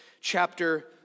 chapter